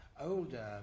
older